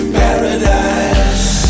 paradise